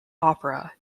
opera